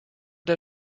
der